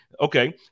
Okay